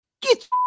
get